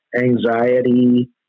Anxiety